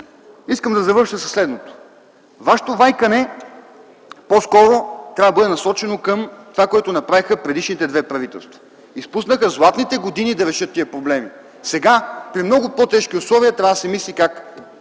Искам да завърша със следното. Вашето вайкане по-скоро трябва да бъде насочено към това, което направиха предишните две правителства – изпуснаха златните години да решат тези проблеми. Сега, при много по-тежки условия, трябва да се мисли как